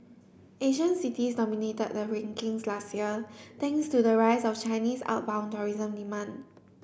Asian cities dominated the rankings last year thanks to the rise of Chinese outbound tourism demand